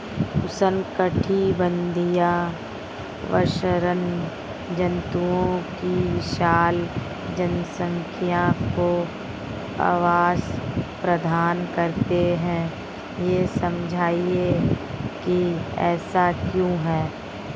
उष्णकटिबंधीय वर्षावन जंतुओं की विशाल जनसंख्या को आवास प्रदान करते हैं यह समझाइए कि ऐसा क्यों है?